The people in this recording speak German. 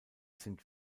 sind